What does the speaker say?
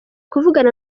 kuvugana